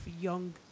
young